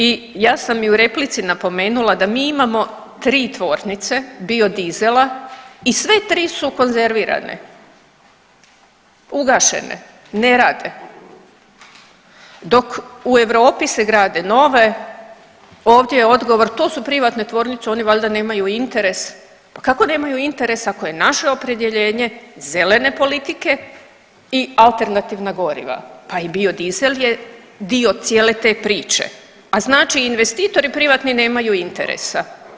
I ja sam i u replici napomenula da mi imamo tri tvornice biodizela i sve tri su konzervirane, ugašene, ne rade, dok u Europi se grade nove ovdje je odgovor to su privatne tvornice, oni valjda nemaju interes, pa kako nemaju interes ako je naše opredjeljenje zelene politike i alternativna goriva, pa i biodizel je dio cijele te priče, a znači investitori privatni nemaju interesa.